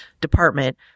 department